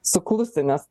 suklusti nes